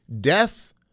death